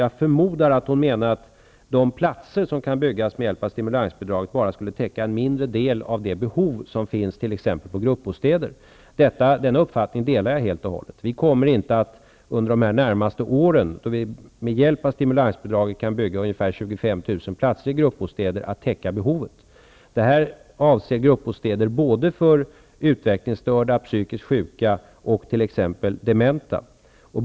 Jag förmodar att hon menar att de platser som kan byggas med hjälp av stimulansbidraget bara skulle täcka en mindre del av det behov som finns av t.ex. gruppbostäder. Den uppfattningen delar jag helt och hållet. Vi kommer inte under de närmaste åren, då vi med hjälp av stimulansbidraget kan bygga ungefär 25 000 platser i gruppbostäder, att täcka behovet. Detta avser gruppbostäder för utvecklingsstörda, psykiskt sjuka och t.ex. dementa.